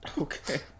Okay